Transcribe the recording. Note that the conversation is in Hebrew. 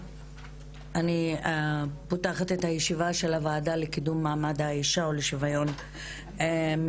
אני פותחת את הישיבה של הוועדה לקידום מעמד האישה ולשוויון מגדרי.